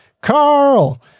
Carl